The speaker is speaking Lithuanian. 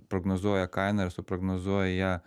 prognozuoja kainą ir suprognozuoja ją